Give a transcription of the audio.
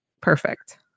perfect